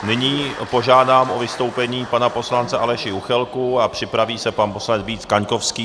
Nyní požádám o vystoupení pana poslance Aleše Juchelku a připraví se pan poslanec Vít Kaňkovský.